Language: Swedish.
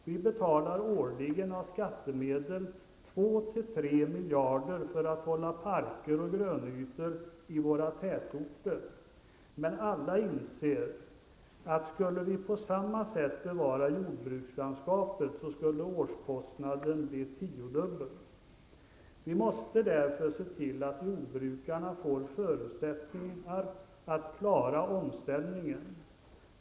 Vi betalar årligen av skattemedel mellan 2 och 3 miljarder kronor för att hålla parker och grönytor i våra tätorter. Alla inser att skulle vi på samma sätt bevara jordbrukslandskapet, så skulle årskostnaden bli tiodubbel. Vi måste därför se till att jordbrukarna får förutsättningar att klara omställningen.